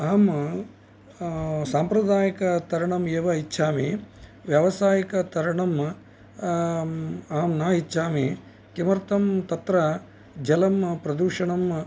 अहं साम्प्रदायिकतरणम् एव इच्छामि व्यवसायिकतरणं अहं न इच्छामि किमर्थं तत्र जलं प्रदूषणं